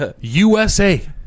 USA